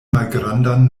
malgrandan